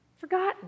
Forgotten